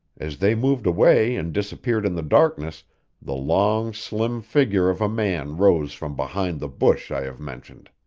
as they moved away and disappeared in the darkness the long, slim figure of a man rose from behind the bush i have mentioned.